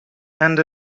and